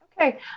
Okay